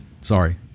sorry